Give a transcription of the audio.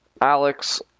Alex